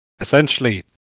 essentially